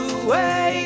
away